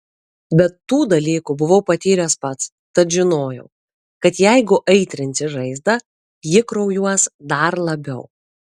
bet tų dalykų buvau patyręs pats tad žinojau kad jeigu aitrinsi žaizdą ji kraujuos dar labiau